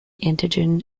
antigen